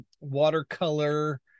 watercolor